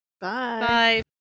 Bye